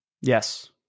Yes